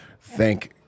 thank